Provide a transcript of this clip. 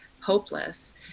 hopeless